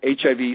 HIV